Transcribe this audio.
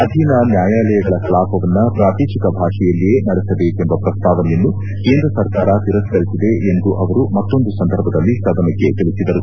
ಅಧೀನ ನ್ಯಾಯಾಲಯಗಳ ಕಲಾಪವನ್ನ ಪ್ರಾದೇಶಿಕ ಭಾಷೆಯಲ್ಲಿಯೇ ನಡೆಸಬೇಕೆಂಬ ಪ್ರಸ್ತಾವನೆಯನ್ನು ಕೇಂದ್ರ ಸರ್ಕಾರ ತಿರಸ್ಕರಿಸಿದೆ ಎಂದು ಅವರು ಮತ್ತೊಂದು ಸಂದರ್ಭದಲ್ಲಿ ಸದನಕ್ಕೆ ತಿಳಿಸಿದರು